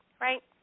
right